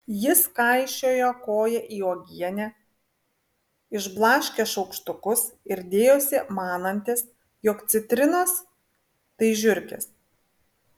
jis kaišiojo koją į uogienę išblaškė šaukštukus ir dėjosi manantis jog citrinos tai žiurkės